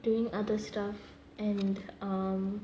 doing other stuff and um